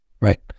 right